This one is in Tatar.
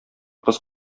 кыз